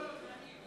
לא.